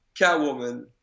Catwoman